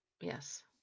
yes